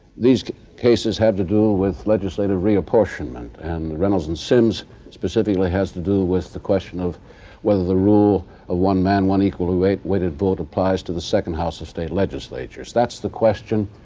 these cases have to do with legislative reapportionment, and reynolds and sims specifically has to do with the question of whether the rule ah one man, one equally weighted vote applies to the second house of state legislatures. that's the question.